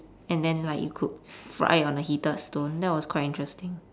and then like it could fry on the heated stone that was quite interesting